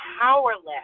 powerless